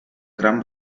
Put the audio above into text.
gran